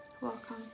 welcome